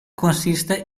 consiste